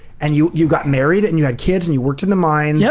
and you you got married and you had kids and you worked in the mines,